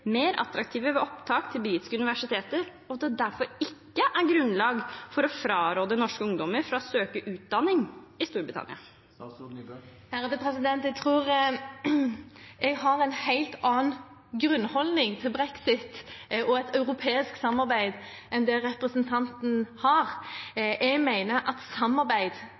mer attraktive ved opptak til britiske universiteter, og at det derfor ikke er grunnlag for å fraråde norske ungdommer å søke utdanning i Storbritannia? Jeg tror jeg har en helt annen grunnholdning til brexit og europeisk samarbeid enn det representanten har. Jeg mener at samarbeid